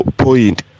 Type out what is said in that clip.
point